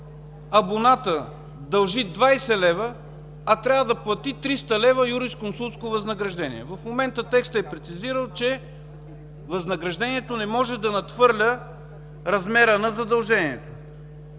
абонатът дължи 20 лв., а трябва да плати 300 лв. юрисконсултско възнаграждение. В момента текстът е прецизирал, че възнаграждението не може да надхвърля размера на задължението,